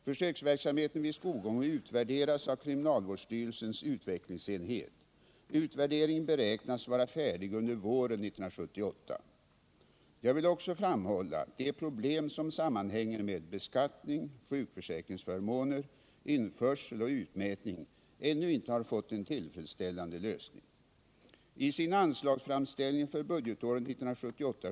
Försöksverksamheten vid Skogome utvärderas av kriminalvårdsstyrelsens utvecklingsenhet. Utvärderingen beräknas vara färdig under våren 1978. Jag vill också framhålla att de problem som sammanhänger med beskattning, sjukförsäkringsförmåner, införsel och utmätning ännu inte har fått en tillfredsställande lösning.